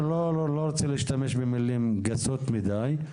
אני לא רוצה להשתמש במילים גסות מדי,